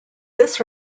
this